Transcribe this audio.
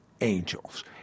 angels